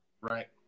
Right